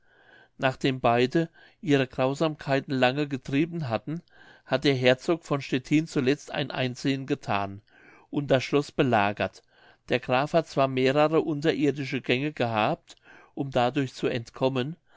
nachdem beide ihre grausamkeiten lange getrieben hatten hat der herzog von stettin zuletzt ein einsehen gethan und das schloß belagert der graf hat zwar mehrere unterirdische gänge gehabt um dadurch zu entkommen